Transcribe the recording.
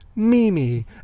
Mimi